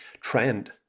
trend